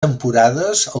temporades